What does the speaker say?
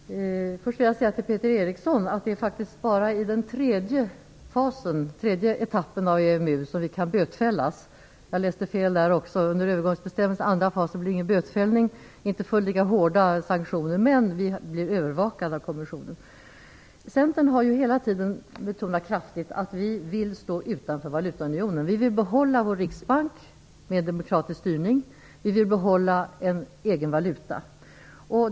Fru talman! Först vill jag säga till Peter Eriksson att det faktiskt bara är i den tredje etappen av EMU som vi kan bötfällas. Jag läste fel även i det fallet. Enligt övergångsbestämmelserna blir det ingen bötfällning eller några hårda sanktioner under den andra fasen. Men vi kommer att bli övervakade av kommissionen. Vi i Centern har hela tiden kraftigt betonat att vi vill stå utanför valutaunionen. Vi vill behålla vår riksbank med demokratisk styrning. Vi vill behålla en egen valuta.